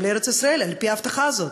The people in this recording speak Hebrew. גם הם לארץ-ישראל על-פי ההבטחה הזאת.